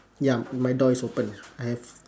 ya my door is open I have